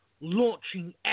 launching